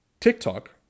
TikTok